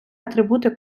атрибути